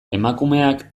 emakumeak